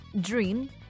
dream